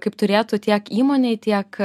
kaip turėtų tiek įmonei tiek